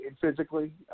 physically